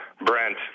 Brent